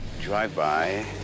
Drive-by